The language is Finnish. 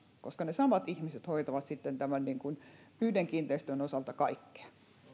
koska ne samat ihmiset hoitavat sitten yhden kiinteistön osalta kaikkea